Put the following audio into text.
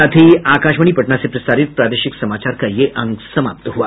इसके साथ ही आकाशवाणी पटना से प्रसारित प्रादेशिक समाचार का ये अंक समाप्त हुआ